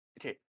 Okay